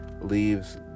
leaves